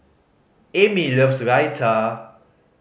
Amy loves Raita